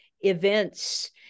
events